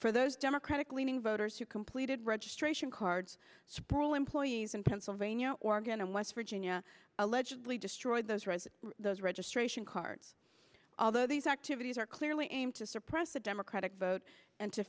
for those democratic leaning voters who completed registration cards sproule employees in pennsylvania oregon and west virginia allegedly destroyed those rise those registration cards although these activities are clearly aimed to suppress the democratic and to